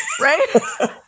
Right